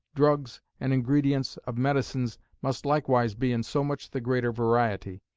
drugs, and ingredients of medicines, must likewise be in so much the greater variety.